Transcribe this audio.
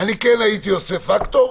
כן הייתי עושה פקטור,